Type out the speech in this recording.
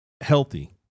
Healthy